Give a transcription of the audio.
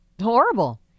Horrible